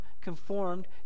conformed